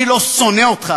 אני לא שונא אותך,